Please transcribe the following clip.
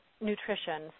nutrition